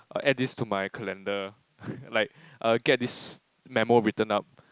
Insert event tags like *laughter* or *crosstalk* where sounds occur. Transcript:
add this to my calendar *laughs* like err get this memo written up